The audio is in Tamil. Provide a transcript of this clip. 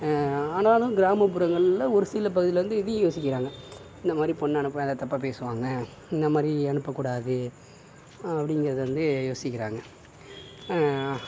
ஆனாலும் கிராமப்புறங்களில் ஒரு சில பகுதியில் வந்து இதையும் யோசிக்கிறாங்க இந்தமாதிரி பொண்ணை அனுப்பினா எதாவது தப்பாக பேசுவாங்க இந்தமாதிரி அனுப்ப கூடாது அப்படிங்குறத வந்து யோசிக்கிறாங்க